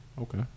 okay